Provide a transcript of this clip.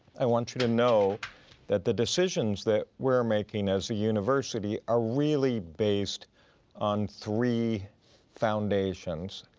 i want you to know that the decisions that we're making as a university are really based on three foundations.